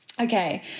Okay